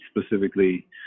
Specifically